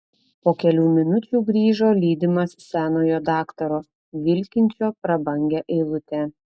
po kelių minučių grįžo lydimas senojo daktaro vilkinčio prabangią eilutę